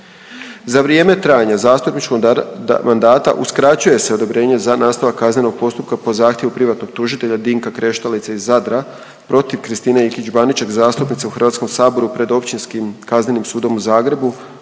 za vrijeme trajanja zastupničkog mandata uskraćuje se odobrenje za nastavak kaznenog postupka po zahtjevu privatnog tužitelja Dinka Kreštalice iz Zadra protiv Kristine Ikić Baniček, zastupnice u Hrvatskom saboru pred Općinskim kaznenim sudom u Zagrebu